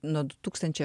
nuo du tūkstančiai